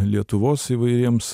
lietuvos įvairiems